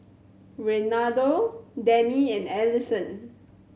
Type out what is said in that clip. Reynaldo Dennie and Alisson